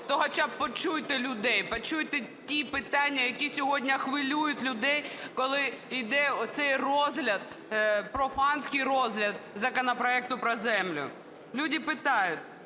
то хоча б почуйте людей, почуйте ті питання, які сьогодні хвилюють людей, коли іде оцей розгляд, профанський розгляд законопроекту про землю. Люди питають.